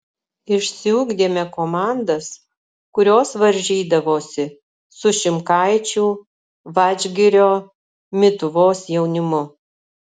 išsiugdėme komandas kurios varžydavosi su šimkaičių vadžgirio mituvos jaunimu